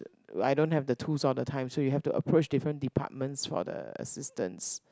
I don't have the tools all the time so you have to approach different departments for the assistance